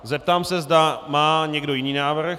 Zeptám se, zda má někdo jiný návrh.